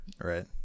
right